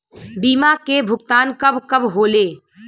बीमा के भुगतान कब कब होले?